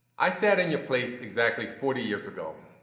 i sat in your place exactly forty years ago,